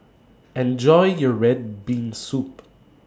Enjoy your Red Bean Soup